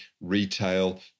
retail